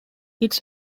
its